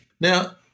Now